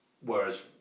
whereas